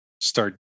start